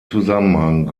zusammenhang